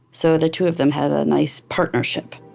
so the two of them had a nice partnership